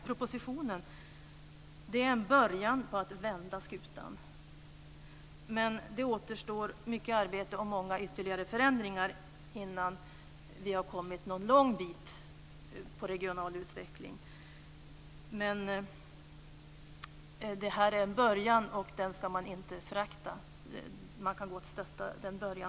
Propositionen markerar en början till att vända skutan, men det återstår mycket arbete och många ytterligare förändringar innan vi har kommit ett långt stycke framåt i den regionala utvecklingen. Detta är en början som vi inte ska förakta, och den ska vi stödja.